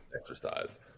exercise